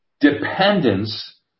dependence